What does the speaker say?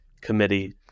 committee